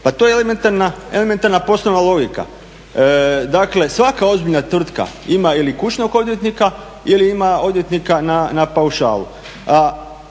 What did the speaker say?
elementarna poslovna logika. Dakle, svaka ozbiljna tvrtka ima ili kućnog odvjetnika ili ima odvjetnika na paušalu.